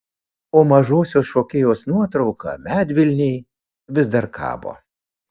o mažosios šokėjos nuotrauka medvilnėj vis dar kabo